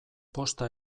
posta